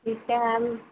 ठीक है मैम